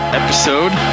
episode